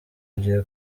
ugiye